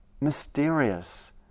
mysterious